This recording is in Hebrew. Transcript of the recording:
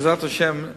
בעזרת השם,